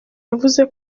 yavuze